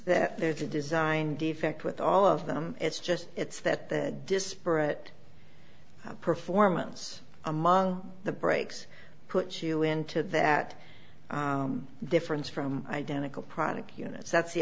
that there's a design defect with all of them it's just it's that the disparate performance among the breaks puts you into that difference from identical product units that's the